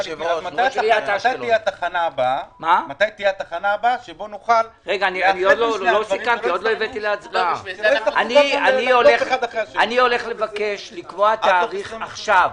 מתי תהיה התחנה הבאה שבה נוכל --- אני הולך לבקש לקבוע תאריך עכשיו,